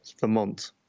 Vermont